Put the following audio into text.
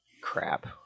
crap